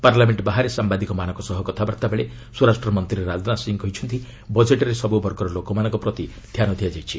parliament ବାହାରେ ସାମ୍ଭାଦିକମାନଙ୍କ ସହ କଥାବାର୍ଭାବେଳେ ସ୍ୱରାଷ୍ଟ୍ରମନ୍ତ୍ରୀ ରାଜନାଥ ସିଂ କହିଛନ୍ତି ବଜେଟ୍ରେ ସବୁ ବର୍ଗର ଲୋକଙ୍କ ପ୍ରତି ଧ୍ୟାନ ଦିଆଯାଇଛି